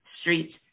streets